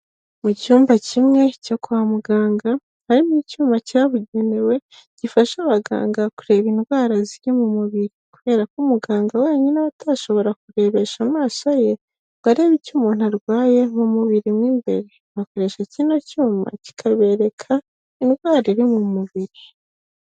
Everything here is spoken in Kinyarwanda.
Mu cyumba kimwe cyo kwa muganga harimo icyuma cyabugenewe gifasha abaganga kureba indwara ziri mu mubiri .Kubera ko umuganga wenyine atashobora kurebesha amaso ye ngo arebe icyo umuntu arwaye mu mubiri w'imbere ,bakoresha kino cyuma kikabereka indwaro iri mu mubiri.